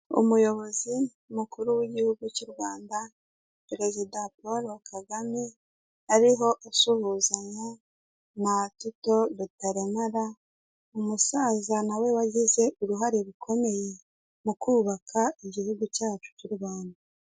Umuyobozi mukuru w'igihugu cy'u Rwanda perezida Paul Kagame ariho asuhuzanya na Tito Rutaremara umusaza na wagize uruhare rukomeye mu kubaka igihugu cyacu cy'u Rwanda.